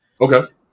Okay